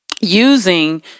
using